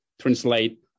translate